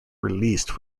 released